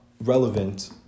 relevant